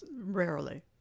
Rarely